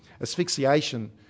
asphyxiation